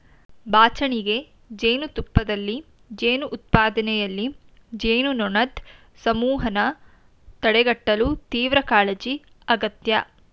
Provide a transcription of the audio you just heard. ಬಾಚಣಿಗೆ ಜೇನುತುಪ್ಪದಲ್ಲಿ ಜೇನು ಉತ್ಪಾದನೆಯಲ್ಲಿ, ಜೇನುನೊಣದ್ ಸಮೂಹನ ತಡೆಗಟ್ಟಲು ತೀವ್ರಕಾಳಜಿ ಅಗತ್ಯ